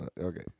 okay